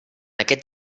aquest